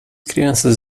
crianças